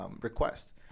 request